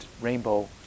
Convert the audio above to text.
rainbow